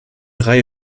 reihe